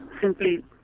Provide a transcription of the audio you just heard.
simply